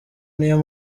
niyo